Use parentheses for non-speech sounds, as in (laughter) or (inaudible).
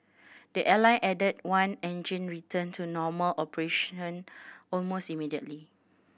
the airline added that one engine returned to normal operation almost immediately (noise)